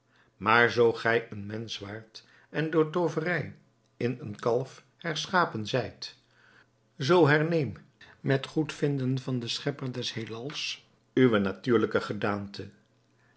maar zoo gij een mensch waart en door tooverij in een kalf herschapen zijt zoo herneem met goedvinden van den schepper des heelals uwe natuurlijke gedaante